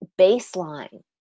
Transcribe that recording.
baseline